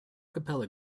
capella